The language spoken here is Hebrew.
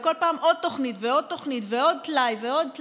ובכל פעם עוד תוכנית ועוד תוכנית ועוד טלאי ועוד טלאי,